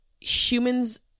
humans